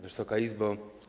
Wysoka Izbo!